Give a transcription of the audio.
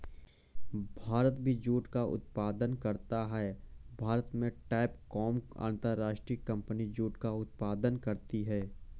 भारत भी जूट का उत्पादन करता है भारत में टैपकॉन अंतरराष्ट्रीय कंपनी जूट का उत्पादन करती है